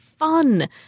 fun